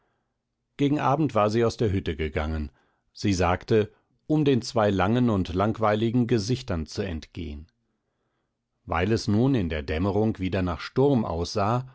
gegen abend war sie aus der hütte gegangen sie sagte um den zwei langen und langweiligen gesichtern zu entgehn weil es nun in der dämmerung wieder nach sturm aussah